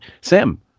Sam